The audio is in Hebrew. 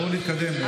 בואו נתקדם.